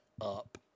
up